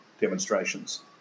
demonstrations